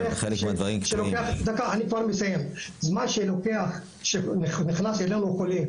זמן שלוקח שנכנס אלינו חולה,